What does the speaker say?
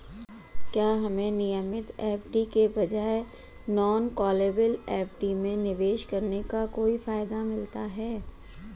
क्या हमें नियमित एफ.डी के बजाय नॉन कॉलेबल एफ.डी में निवेश करने का कोई फायदा मिलता है?